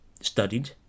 studied